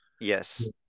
Yes